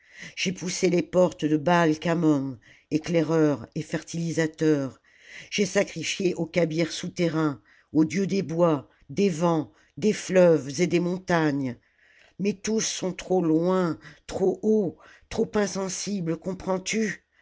j'ai poussé les portes de baai khamon éclaireur et fertilisateur j'ai sacrifié aux cabires souterrains aux dieux des bois des vents des fleuves et des montagnes mais tous sont trop loin trop haut trop insensibles comprends-tu